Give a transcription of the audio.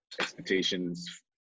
expectations